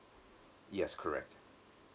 yes correct